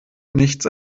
nichts